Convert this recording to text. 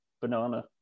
banana